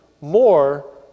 more